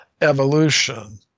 evolution